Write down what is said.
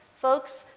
folks